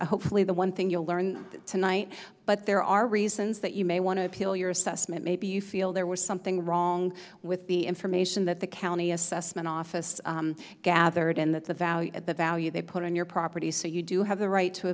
hopefully the one thing you'll learn tonight but there are reasons that you may want to appeal your assessment maybe you feel there was something wrong with the information that the county assessment office gathered and that the value of the value they put on your property so you do have the right to